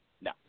No